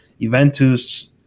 Juventus